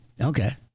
Okay